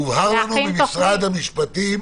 הובהר לנו ממשרד המשפטים